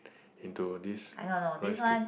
into this rice cake